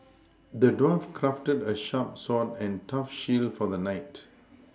the dwarf crafted a sharp sword and a tough shield for the knight